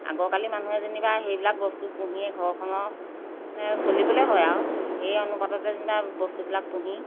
আগৰকালিৰ মানুহে যেনিবা সেইবিলাক বস্তু পুহিয়ে ঘৰখনৰ মানে চলিবলৈ হয় আৰু সেই অনুপাততে যেনিবা বস্তুবিলাক পুহি